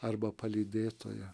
arba palydėtoja